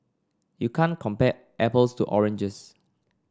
you can't compare apples to oranges